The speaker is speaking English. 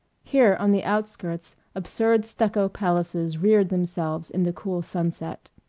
here on the outskirts absurd stucco palaces reared themselves in the cool sunset,